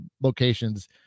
locations